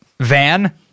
van